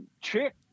chick